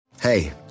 Hey